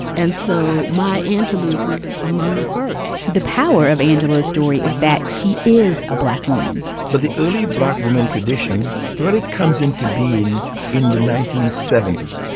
and so maya angelou's was among the first the power of angela's story is that she is a black woman but the early black women tradition really comes into being in the nineteen seventy